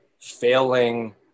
failing